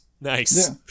Nice